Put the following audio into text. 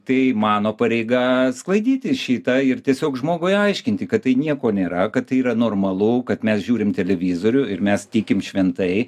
tai mano pareiga sklaidyti šitą ir tiesiog žmogui aiškinti kad tai nieko nėra kad tai yra normalu kad mes žiūrim televizorių ir mes tikim šventai